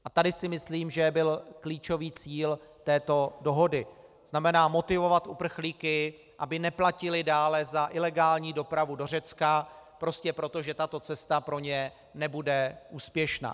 A tady si myslím, že byl klíčový cíl této dohody, to znamená motivovat uprchlíky, aby neplatili dále za ilegální dopravu do Řecka prostě proto, že tato cesta pro ně nebude úspěšná.